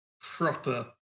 proper